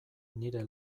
nire